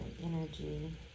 energy